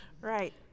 right